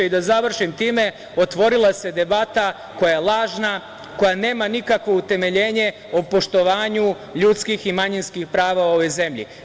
I, da završim time, otvorila se debata koja je lažna, koja nema nikakvo utemeljenje o poštovanju ljudskih i manjinskih prava u ovoj zemlji.